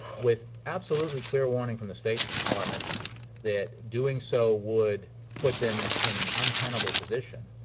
with absolutely clear warning from the state and department that doing so would put them in an untenable position,